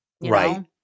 Right